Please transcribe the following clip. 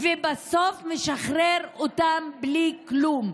ובסוף משחרר אותם בלי כלום.